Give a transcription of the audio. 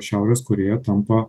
šiaurės korėja tampa